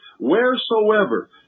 Wheresoever